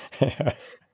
Yes